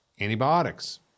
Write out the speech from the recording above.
Antibiotics